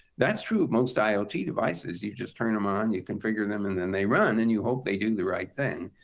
that's true of most iot devices. you just turn them on, you configure them, and then they run. and you hope they do the right thing.